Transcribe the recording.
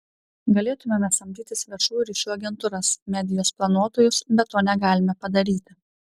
galėtumėme samdytis viešųjų ryšių agentūras medijos planuotojus bet to negalime padaryti